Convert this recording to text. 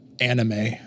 anime